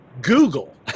Google